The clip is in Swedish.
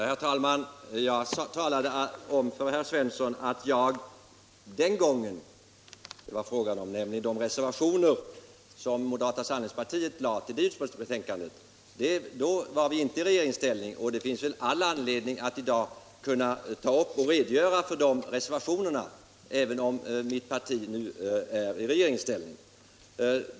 Herr talman! Jag talade om för herr Svensson i Malmö att vi den gång det var fråga om — nämligen i de reservationer som moderata samlingspartiet lade till det då aktuella utskottsbetänkandet — inte var i regeringsställning. Det finns väl anledning att i dag redogöra för de reservationerna — även om mitt parti nu är i regeringsställning.